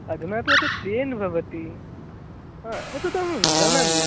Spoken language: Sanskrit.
अधुना तु एतत् चेन् भवति एतत् जानामि